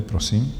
Prosím.